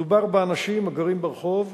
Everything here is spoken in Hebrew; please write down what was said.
מדובר באנשים הגרים ברחוב,